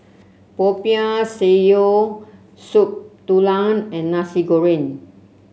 Popiah Sayur Soup Tulang and Nasi Goreng